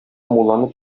мулланы